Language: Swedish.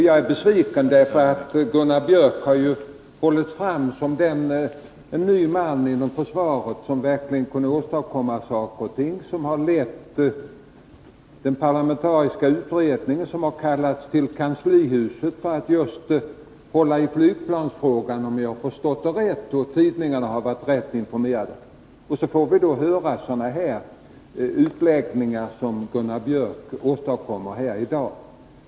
Jag är besviken, därför att Gunnar Björk har hållits fram som en ny man inom försvaret, som verkligen kunde åstadkomma saker och ting, som har lett den parlamentariska utredningen och som har kallats till kanslihuset för att just hålla i flygplansfrågan, om jag har förstått det rätt och tidningarna har varit riktigt informerade. Och så får vi höra sådana utläggningar som Gunnar Björk har åstadkommit här i dag!